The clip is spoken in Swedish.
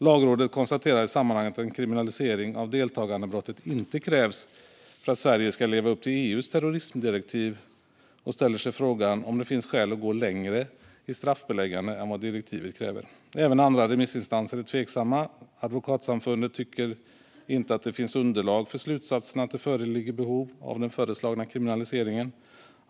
Lagrådet konstaterar i sammanhanget att en kriminalisering av deltagandebrottet inte krävs för att Sverige ska leva upp till EU:s terrorismdirektiv och ställer sig frågan om det finns skäl att gå längre i straffbeläggandet än vad direktivet kräver. Även andra remissinstanser är tveksamma. Sveriges advokatsamfund tycker inte att det finns underlag för slutsatsen att det föreligger behov av den föreslagna kriminaliseringen.